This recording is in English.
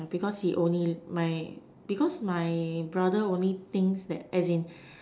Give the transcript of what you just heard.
because he only my because my brother only thinks that as in